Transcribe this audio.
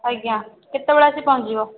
ଆଜ୍ଞା କେତେବେଳେ ଆସି ପହଞ୍ଚିଯିବ